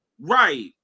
Right